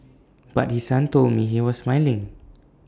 but his son told me he was smiling